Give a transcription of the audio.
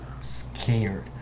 scared